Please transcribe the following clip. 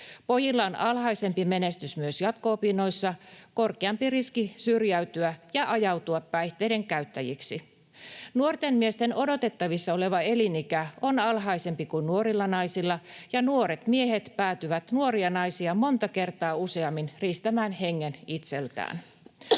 Pojilla on alhaisempi menestys myös jatko-opinnoissa ja korkeampi riski syrjäytyä ja ajautua päihteiden käyttäjiksi. Nuorten miesten odotettavissa oleva elinikä on alhaisempi kuin nuorilla naisilla, ja nuoret miehet päätyvät nuoria naisia monta kertaa useammin riistämään hengen itseltään.